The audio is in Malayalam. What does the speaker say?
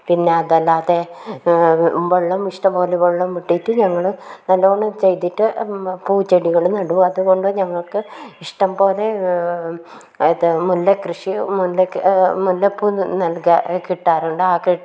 പിന്നെ അതല്ലാതെ വെള്ളം ഇഷ്ടം പോലെ വെള്ളം വിട്ടിട്ട് ഞങ്ങൾ നല്ലോണം ചെയ്തിട്ട് പൂച്ചെടികൾ നടും അതുകൊണ്ട് ഞങ്ങൾക്ക് ഇഷ്ടം പോലെ ഇത് മുല്ല കൃഷി മുല്ല മുല്ലപ്പൂ നൽകാൻ കിട്ടാറുണ്ട് ആ കി